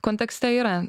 kontekste yra